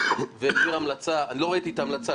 והעביר המלצה לא ראיתי את ההמלצה,